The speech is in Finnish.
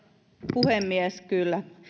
puhemies kyllä